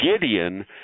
Gideon